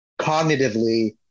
cognitively